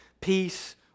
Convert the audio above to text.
peace